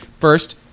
First